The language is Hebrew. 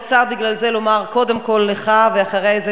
בגלל זה אני רוצה לומר קודם כול לך ואחרי זה